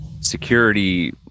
security